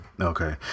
Okay